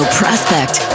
prospect